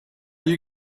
you